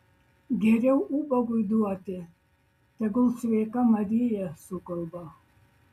geriau ubagui duoti tegul sveika marija sukalba